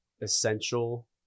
essential